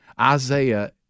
Isaiah